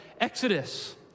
Exodus